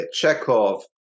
Chekhov